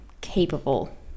capable